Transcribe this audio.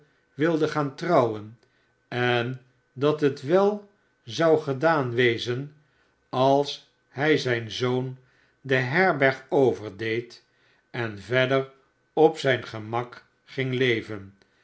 wilde gaan trouwen en dat het wel zou gedaan wezen als hij zijn zoon de herberg overdeed en verder op zijn gemak ging leven